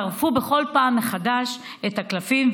טרפו בכל פעם מחדש את הקלפים,